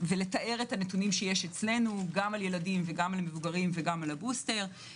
ולתאר את הנתונים שיש אצלנו גם על ילדים וגם על מבוגרים וגם על הבוסטר.